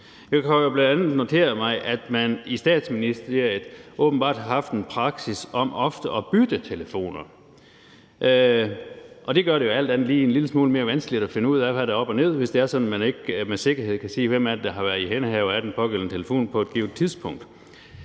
Jeg har bl.a. noteret mig, at man i Statsministeriet åbenbart har haft en praksis med ofte at bytte telefoner, og det gør det jo alt andet lige en lille smule mere vanskeligt at finde ud af, hvad der er op og ned, hvis det er sådan, at man ikke med sikkerhed kan sige, hvem der har været ihændehaver af den pågældende telefon på et givet tidspunkt.